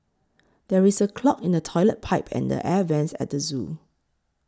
there is a clog in the Toilet Pipe and the Air Vents at the zoo